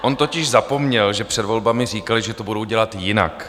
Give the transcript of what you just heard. On totiž zapomněl, že před volbami říkali, že to budou dělat jinak.